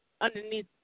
underneath